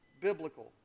biblical